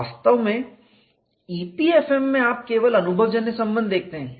वास्तव में EPFM में आप केवल अनुभवजन्य संबंध देखते हैं